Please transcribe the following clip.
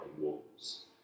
walls